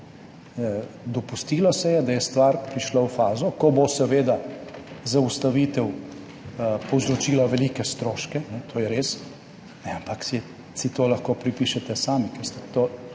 Dopustilo se je, da je stvar prišla v fazo, ko bo seveda zaustavitev povzročila velike stroške, to je res, ampak si to lahko pripišete sami,